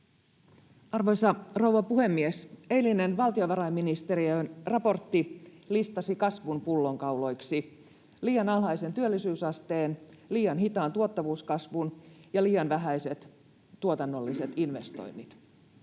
Arvoisa rouva puhemies! Eilinen valtiovarainministeriön raportti listasi kasvun pullonkauloiksi liian alhaisen työllisyysasteen, liian hitaan tuottavuuskasvun ja liian vähäiset tuotannolliset investoinnit.